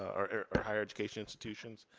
or or higher education institutions.